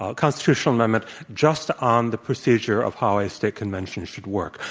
ah constitutional amendment just on the procedure of how a state convention should work.